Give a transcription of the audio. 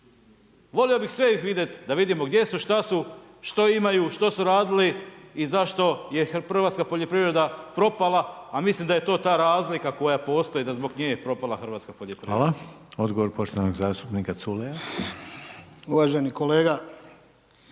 Volio bi sve ih vidjeti, da vidimo gdje su, šta su, što imaju, što su radili i zašto je hrvatska poljoprivreda propala, a mislim da je to ta razloga, koja postoji, da zbog nje je propala hrvatska poljoprivreda. **Reiner, Željko (HDZ)** Hvala odgovor, poštovanog zastupnika Culeja. **Culej,